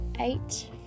eight